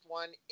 one